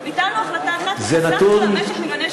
ביטלנו החלטה אחת וחסכנו למשק מיליוני שקלים.